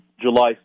July